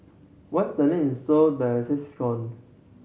once the land is sold the assets